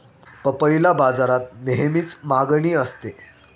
पपईला बाजारात नेहमीच मागणी असते